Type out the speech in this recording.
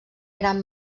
gran